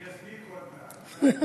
אני אסמיק עוד מעט, די.